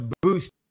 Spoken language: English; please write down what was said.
boost